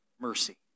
mercy